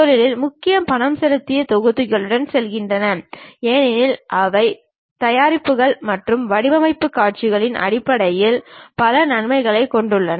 தொழில் முக்கியமாக பணம் செலுத்திய தொகுப்புகளுடன் செல்கிறது ஏனெனில் அவை தயாரிப்புகள் மற்றும் வடிவமைப்பு பொருட்களின் அடிப்படையில் பல நன்மைகளைக் கொண்டுள்ளன